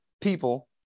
people